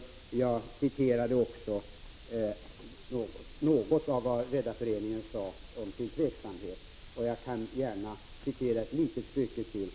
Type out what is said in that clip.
Vidare citerade jag något av vad Redareföreningen sagt för att visa på denna tveksamhet. Jag citerar gärna ett litet stycke till.